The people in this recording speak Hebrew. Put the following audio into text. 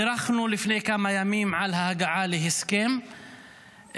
בירכנו לפני כמה ימים על ההגעה להסכם בקטר,